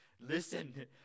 Listen